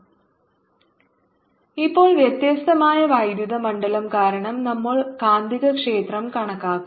E∂t Q0e tRCRCπa20 z ഇപ്പോൾ വ്യത്യസ്തമായ വൈദ്യുത മണ്ഡലം കാരണം നമ്മൾ കാന്തികക്ഷേത്രം കണക്കാക്കും